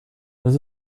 this